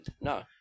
No